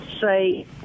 say